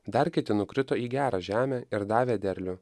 dar kiti nukrito į gerą žemę ir davė derlių